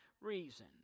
reason